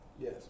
Yes